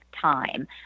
time